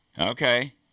Okay